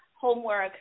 homework